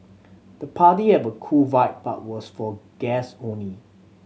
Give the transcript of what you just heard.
the party had a cool vibe but was for guest only